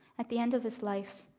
at the end of his life,